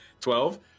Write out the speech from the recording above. twelve